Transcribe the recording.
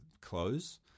close